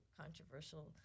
controversial